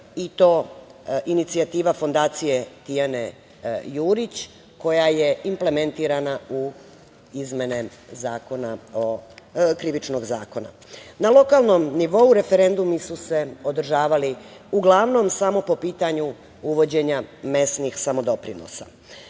i to inicijativa Fondacije „Tijana Jurić“, koja je implementirana u izmene Krivičnog zakona. Na lokalnom nivou referendumi su se održavali uglavnom samo po pitanju uvođenja mesnih samodoprinosa. Produžetkom